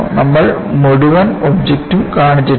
നമ്മൾ മുഴുവൻ ഒബ്ജക്റ്റും കാണിച്ചിട്ടില്ല